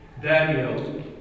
Daniel